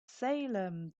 salem